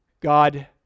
God